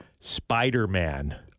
Spider-Man